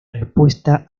respuesta